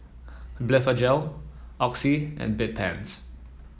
Blephagel Oxy and Bedpans